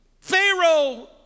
Pharaoh